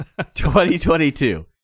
2022